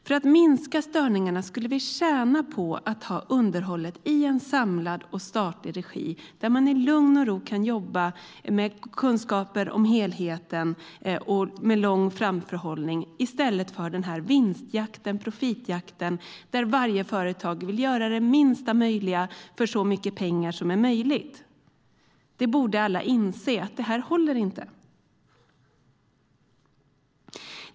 För att minska störningarna skulle vi tjäna på att ha underhållet i en samlad och statlig regi där man i lugn och ro kan jobba med kunskaper om helheten, och med lång framförhållning, i stället för den här vinst och profitjakten där varje företag vill göra minsta möjliga för så mycket pengar som möjligt. Alla borde inse att det inte håller.